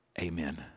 Amen